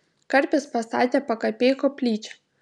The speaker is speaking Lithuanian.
karpis pastatė pakapėj koplyčią